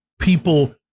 people